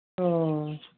ꯑꯥ